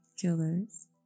Killers